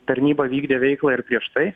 tarnyba vykdė veiklą ir prieš tai